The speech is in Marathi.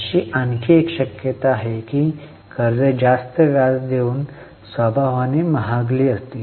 अशी आणखी एक शक्यता आहे की ही कर्जे जास्त व्याज देऊन स्वभावाने महागली होती